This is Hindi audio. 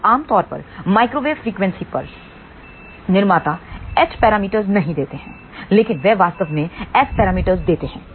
अब आम तौर पर माइक्रोवेव फ्रीक्वेंसी पर एक निर्माता एच पैरामीटर नहीं देता है लेकिन वह वास्तव में एस पैरामीटर देता है